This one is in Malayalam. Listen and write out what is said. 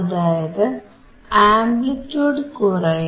അതായത് ആംപ്ലിറ്റിയൂഡ് കുറയും